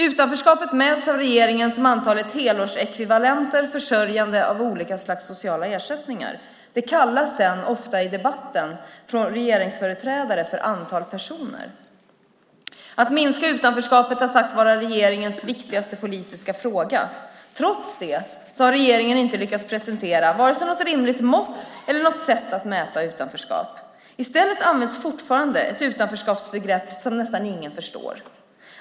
Utanförskapet mäts av regeringen som antalet helårsekvivalenter vid försörjande genom olika slags sociala ersättningar. Det kallas sedan ofta i debatten från regeringsföreträdare för antalet personer. Att minska utanförskapet har sagts vara regeringens viktigaste politiska fråga. Trots det har regeringen inte lyckats presentera vare sig något rimligt mått eller något sätt att mäta utanförskap. I stället används fortfarande ett utanförskapsbegrepp som nästan ingen förstår.